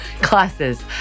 classes